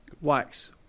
Wax